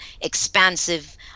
expansive